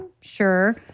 sure